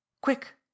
Quick